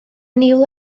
niwl